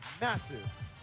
massive